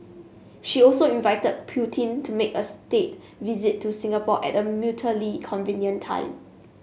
she also invited Putin to make a state visit to Singapore at a mutually convenient time